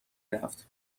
رفت